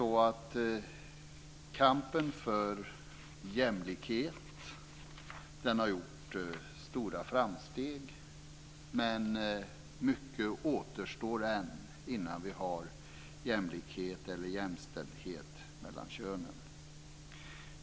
Kampen för jämlikhet har gjort stora framsteg, men mycket återstår än innan vi har jämlikhet, jämställdhet, mellan könen.